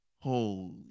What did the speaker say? Holy